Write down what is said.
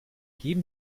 geben